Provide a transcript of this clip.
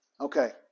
Okay